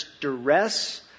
duress